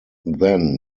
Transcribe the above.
then